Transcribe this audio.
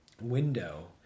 window